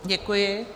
Děkuji.